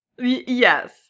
yes